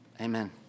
amen